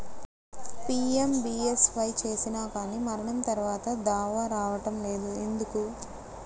PMBSY చేసినా కానీ మరణం తర్వాత దావా రావటం లేదు ఎందుకు?